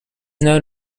known